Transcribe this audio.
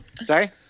sorry